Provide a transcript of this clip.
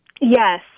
Yes